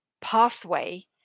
pathway